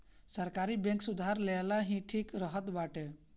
सरकारी बैंक से उधार लेहल ही ठीक रहत बाटे